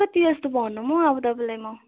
कति जस्तो भन्नु पनि हो अब तपाईँलाई म